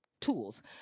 tools